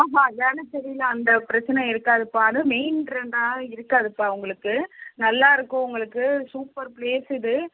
ஆஹான் வேளச்சேரியில அந்த பிரச்சனை இருக்காதுப்பா அது மெயின்றதனால இருக்காதுப்பா உங்களுக்கு நல்லாயிருக்கும் உங்களுக்கு சூப்பர் ப்ளேஸ் இது